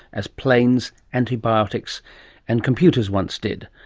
as planes, antibiotics and computers once did,